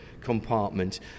compartment